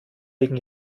wegen